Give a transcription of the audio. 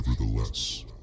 Nevertheless